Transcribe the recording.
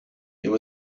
there